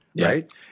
Right